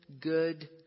good